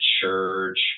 church